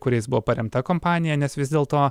kuriais buvo paremta kompanija nes vis dėlto